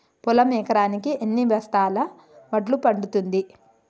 పొలం ఎకరాకి ఎన్ని బస్తాల వడ్లు పండుతుంది?